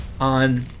on